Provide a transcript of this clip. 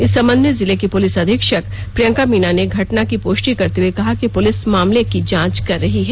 इस संबंध में जिले की पुलिस अधीक्षक प्रियंका मीना ने घटना की पुष्टि करते हुए कहा कि पुलिस मामले की जांच कर रही है